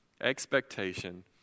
expectation